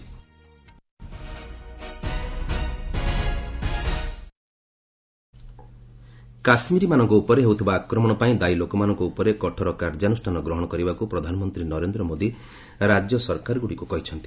PM Kashmir କାଶ୍ମିରୀମାନଙ୍କ ଉପରେ ହେଉଥିବା ଆକ୍ରମଣ ପାଇଁ ଦାୟୀ ଲୋକମାନଙ୍କ ଉପରେ କଠୋର କାର୍ଯ୍ୟାନୁଷାନ ଗ୍ରହଣ କରିବାକୁ ପ୍ରଧାନମନ୍ତ୍ରୀ ନରେନ୍ଦ୍ର ମୋଦି ରାଜ୍ୟ ସରକାରଗୁଡ଼ିକୁ କହିଛନ୍ତି